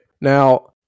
Now